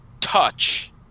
touch